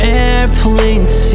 airplanes